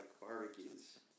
barbecues